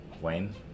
Wayne